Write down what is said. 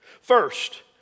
First